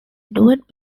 duet